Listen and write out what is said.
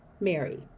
Mary